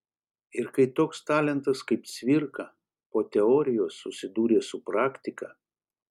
ir kai toks talentas kaip cvirka po teorijos susidūrė su praktika